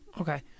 Okay